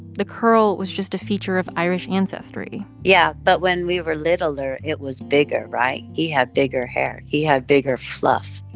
the curl was just a feature of irish ancestry yeah. but when we were littler, it was bigger, right? he had bigger hair. he had bigger fluff